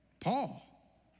Paul